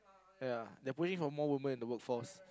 ya they're pushing for more woman in the work force